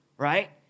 Right